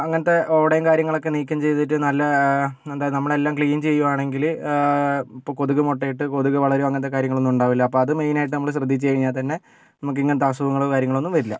അങ്ങനത്തെ ഓടയും കാര്യങ്ങളൊക്കെ നീക്കം ചെയ്തിട്ട് നല്ല എന്താ നമ്മളെല്ലാം ക്ലീൻ ചെയ്യുകയാണെങ്കിൽ ഇപ്പോൾ കൊതുക് മുട്ട ഇട്ട് കൊതുക് വളാരോ അങ്ങനത്തെ കാര്യങ്ങളൊന്നുമുണ്ടാവില്ല അപ്പോൾ അത് മെയിനായിട്ടും നമ്മൾ ശ്രദ്ധിച്ച് കഴിഞ്ഞാൽത്തന്നെ നമുക്ക് ഇങ്ങനത്തെ അസുഖങ്ങളും കാര്യങ്ങളൊന്നും വരില്ല